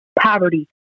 poverty